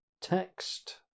text